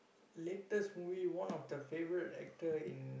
latest movie one of the favourite actor in